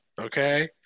okay